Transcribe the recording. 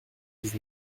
dix